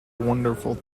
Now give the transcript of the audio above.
wonderful